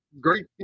great